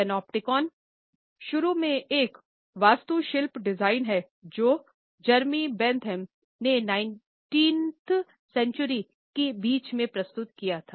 panopticon ने19 वीं सदी के बीच में प्रस्तुत किया था